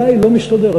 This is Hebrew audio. לי זה לא מסתדר,